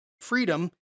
freedom